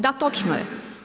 Da, točno je.